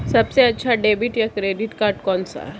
सबसे अच्छा डेबिट या क्रेडिट कार्ड कौन सा है?